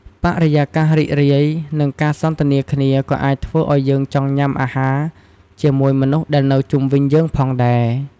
បរិយាកាសរីករាយ និងការសន្ទនាគ្នាក៏អាចធ្វើឱ្យយើងចង់ញ៊ាំអាហារជាមួយមនុស្សដែលនៅជុំវិញយើងផងដែរ។